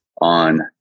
on